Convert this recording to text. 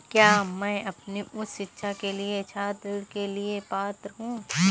क्या मैं अपनी उच्च शिक्षा के लिए छात्र ऋण के लिए पात्र हूँ?